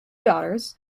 daughters